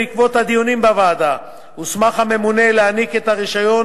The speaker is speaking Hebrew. בעקבות הדיונים בוועדה הוסמך הממונה להעניק את הרשיון